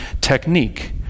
technique